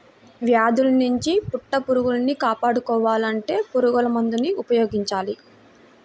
వ్యాధుల్నించి పట్టుపురుగుల్ని కాపాడుకోవాలంటే పురుగుమందుల్ని ఉపయోగించాల